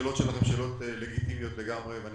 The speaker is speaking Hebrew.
שלכם הן שאלות לגיטימיות לגמרי ואני